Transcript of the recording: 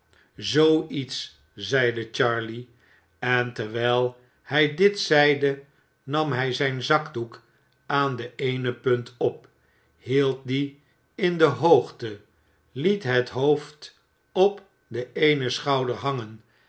iets zeide charley en terwijl hij dit zeide nam hij zijn zakdoek aan de eene punt op hield dien in de hoogte liet het hoofd op den eenen schouder hangen